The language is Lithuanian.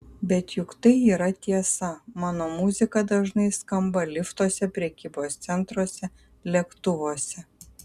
bet juk tai yra tiesa mano muzika dažnai skamba liftuose prekybos centruose lėktuvuose